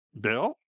Bill